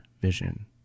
vision